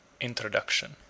Introduction